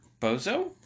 Bozo